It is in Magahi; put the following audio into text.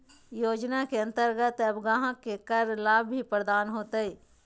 योजना के अंतर्गत अब ग्राहक के कर लाभ भी प्रदान होतय